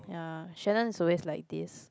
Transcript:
ya Shannon's always like this